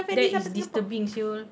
that is disturbing [siol]